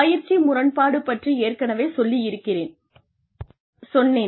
பயிற்சி முரண்பாடு பற்றி ஏற்கனவே சொல்லி இருக்கிறேன் சொன்னேன்